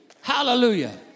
Hallelujah